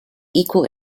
equal